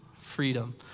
freedom